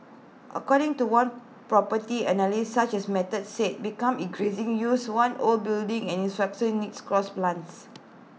according to one property analyst such as method say become increasingly used one old buildings and infrastructural needs cross plans